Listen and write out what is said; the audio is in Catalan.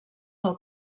del